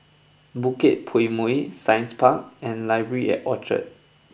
Bukit Purmei Science Park and Library at Orchard